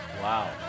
Wow